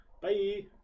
Bye